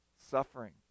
suffering